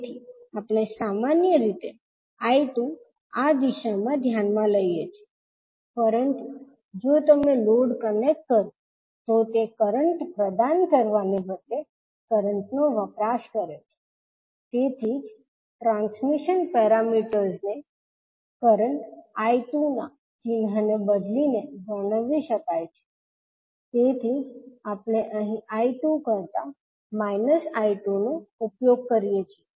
તેથી આપણે સામાન્ય રીતે 𝐈2 આ દિશામાં ધ્યાનમાં લઈએ છીએ પરંતુ જો તમે લોડ કનેક્ટ કરો તો તે કરંટ પ્રદાન કરવાને બદલે કરંટનો વપરાશ કરે છે તેથી જ ટ્રાન્સમિશન પેરામીટર્સને કરંટ 𝐈2 ના ચિહ્નને બદલીને વર્ણવી શકાય છે તેથી જ આપણે અહીં 𝐈2 કરતાં −𝐈2 નો ઉપયોગ કરીએ છીએ